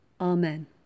Amen